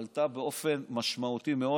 עלתה באופן משמעותי מאוד,